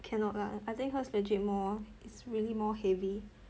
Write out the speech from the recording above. cannot lah I think hers legit more is really more heavy